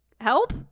Help